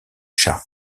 shah